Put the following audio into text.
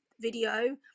video